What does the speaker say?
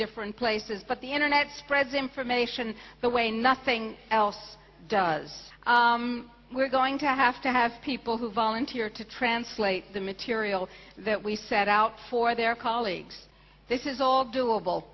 different places but the internet spreads information the way nothing else does we're going to have to have people who volunteer to translate the material that we set out for their colleagues this is all doable